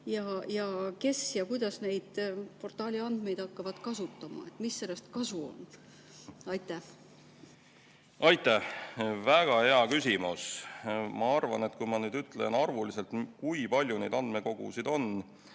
Kes ja kuidas neid portaali andmeid hakkab kasutama? Mis sellest kasu on? Aitäh! Väga hea küsimus. Ma arvan, et kui ma nüüd ütlen arvuliselt, kui palju neid andmekogusid on,